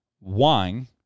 wine